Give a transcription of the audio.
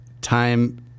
time